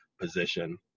position